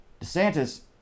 DeSantis